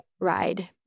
ride